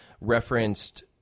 referenced